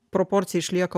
proporcija išlieka